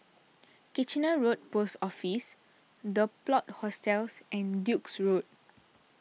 Kitchener Road Post Office the Plot Hostels and Duke's Road